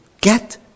get